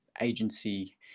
agency